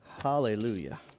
Hallelujah